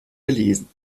gelesen